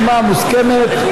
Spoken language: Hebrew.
שומה מוסכמת),